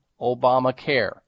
obamacare